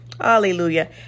Hallelujah